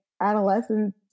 adolescence